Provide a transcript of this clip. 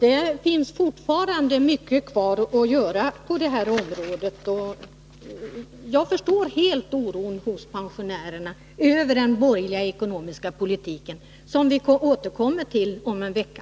Det finns alltså fortfarande mycket kvar att göra på det här området. Jag förstår helt oron hos pensionärerna över den borgerliga ekonomiska politiken, som vi återkommer till om en vecka.